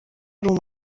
ari